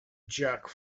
jerk